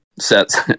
sets